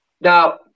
Now